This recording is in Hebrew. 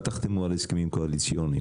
אל תחתמו על הסכמים קואליציוניים?